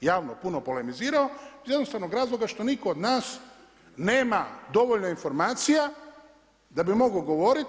javno puno polemizirao iz jednostavnog razloga što niko od nas nema dovoljno informacija da bi mogao govoriti.